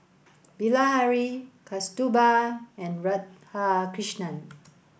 Bilahari Kasturba and Radhakrishnan